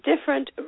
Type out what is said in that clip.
different